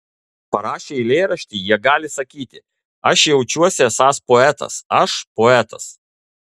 parašę eilėraštį jie gali sakyti aš jaučiuosi esąs poetas aš poetas